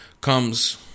comes